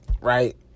Right